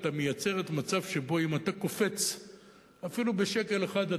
המייצרת מצב שבו אם אתה קופץ אפילו בשקל אחד,